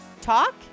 talk